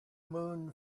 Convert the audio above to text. moon